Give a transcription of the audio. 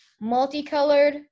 multicolored